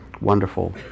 wonderful